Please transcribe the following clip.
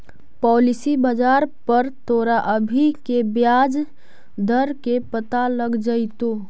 policy बाजार पर तोरा अभी के ब्याज दर के पता लग जाइतो